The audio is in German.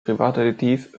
privatdetektiv